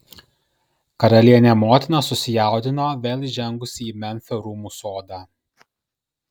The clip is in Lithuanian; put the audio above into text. karalienė motina susijaudino vėl įžengusi į memfio rūmų sodą